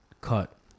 cut